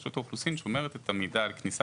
רשות האוכלוסין שומרת את המידע על כניסה